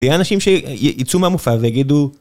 זה יהיה אנשים שיצאו מהמופע ויגדו